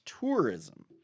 tourism